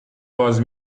باز